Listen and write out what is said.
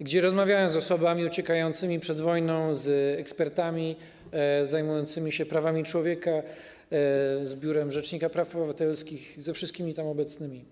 gdzie rozmawiałem z osobami uciekającymi przed wojną, z ekspertami zajmującymi się prawami człowieka, z przedstawicielami Biura Rzecznika Praw Obywatelskich, ze wszystkimi tam obecnymi.